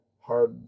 hard